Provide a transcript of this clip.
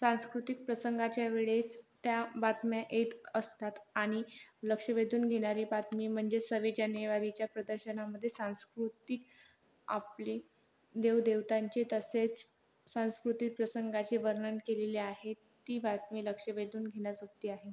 सांस्कृतिक प्रसंगाच्या वेळेस त्या बातम्या येत असतात आणि लक्ष वेधून घेणारी बातमी म्हणजे सव्वीस जॅनेवारीच्या प्रदर्शनामध्ये सांस्कृतिक आपली देवदेवतांची तसेच सांस्कृतिक प्रसंगाचे वर्णन केलेले आहे ती बातमी लक्ष वेधून घेण्याजोगती आहे